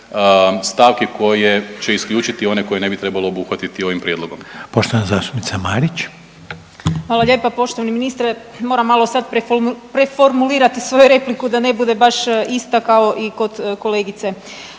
stavki koje će isključiti one koje ne bi trebalo obuhvatiti ovim prijedlogom. **Reiner, Željko (HDZ)** Poštovana zastupnica Marić. **Marić, Andreja (SDP)** Hvala lijepa. Poštovani ministre, moram malo sad preformulirati svoju repliku da ne bude baš ista kao i kod kolegice.